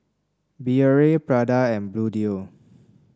Biore Prada and Bluedio